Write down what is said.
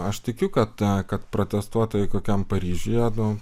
aš tikiu kad kad protestuotojai kokiam paryžiuje nu